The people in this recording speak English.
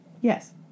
Yes